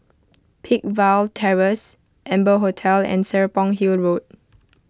Peakville Terrace Amber Hotel and Serapong Hill Road